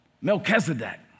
Melchizedek